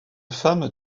femme